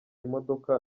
imodoka